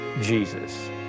Jesus